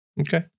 okay